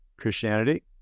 Christianity